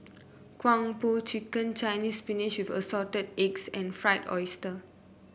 Kung Po Chicken Chinese Spinach with Assorted Eggs and Fried Oyster